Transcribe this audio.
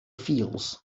fields